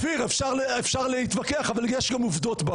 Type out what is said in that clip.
אופיר, אפשר להתווכח אבל יש גם עובדות.